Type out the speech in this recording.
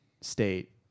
State